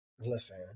Listen